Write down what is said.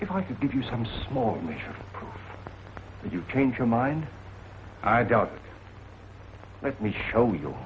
if i could give you some small measure if you change your mind i doubt let me show you